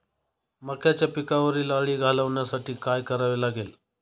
मक्याच्या पिकावरील अळी घालवण्यासाठी काय करावे लागेल?